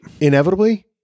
Inevitably